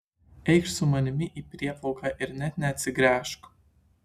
eikš su manimi į prieplauką ir net neatsigręžk